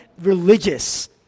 religious